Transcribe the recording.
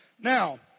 Now